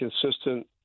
consistent